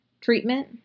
Treatment